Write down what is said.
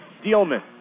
Steelman